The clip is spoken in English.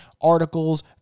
articles